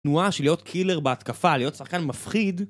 תנועה של להיות קילר בהתקפה, להיות שחקן מפחיד.